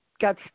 got